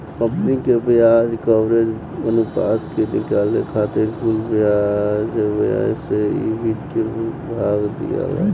company के ब्याज coverage अनुपात के निकाले खातिर कुल ब्याज व्यय से ईबिट के भाग दियाला